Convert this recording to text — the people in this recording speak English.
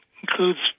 includes